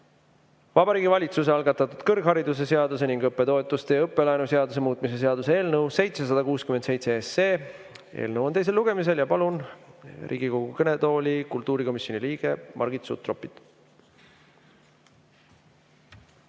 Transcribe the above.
Vabariigi Valitsuse algatatud kõrgharidusseaduse ning õppetoetuste ja õppelaenu seaduse muutmise seaduse eelnõu 767 on teisel lugemisel. Palun Riigikogu kõnetooli kultuurikomisjoni liikme Margit Sutropi.